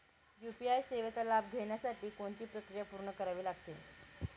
UPI सेवेचा लाभ घेण्यासाठी कोणती प्रक्रिया पूर्ण करावी लागते?